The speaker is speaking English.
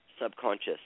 subconscious